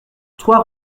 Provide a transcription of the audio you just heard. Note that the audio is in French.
trois